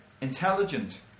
intelligent